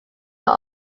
are